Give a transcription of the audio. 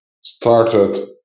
started